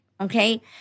okay